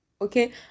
okay